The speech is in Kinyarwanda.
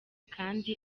kandi